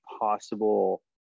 possible